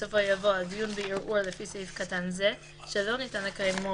בסופו יבוא "על דיון בערעור לפי סעיף קטן זה שלא ניתן לקיימו